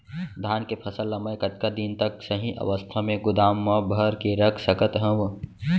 धान के फसल ला मै कतका दिन तक सही अवस्था में गोदाम मा भर के रख सकत हव?